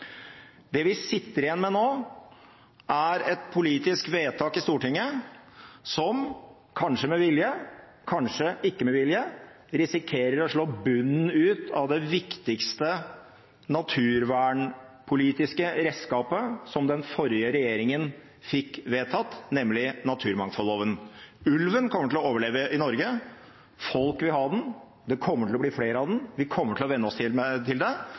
Det vi sitter igjen med nå, er et politisk vedtak i Stortinget som – kanskje med vilje, kanskje ikke med vilje – risikerer å slå bunnen ut av det viktigste naturvernpolitiske redskapet den forrige regjeringen fikk vedtatt, nemlig naturmangfoldloven. Ulven kommer til å overleve i Norge. Folk vil ha den, det kommer til å bli flere av den, og vi kommer til å venne oss til den, men vi vil tape stort hvis det